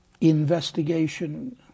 investigation